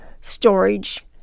storage